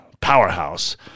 powerhouse